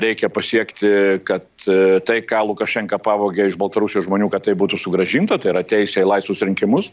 reikia pasiekti kad tai ką lukašenka pavogė iš baltarusijos žmonių kad tai būtų sugrąžinta tai yra teisė į laisvus rinkimus